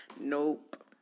Nope